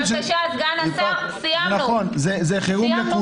במגזר הערבי יש לכם יותר אפשרויות מבחינת שטח פתוח.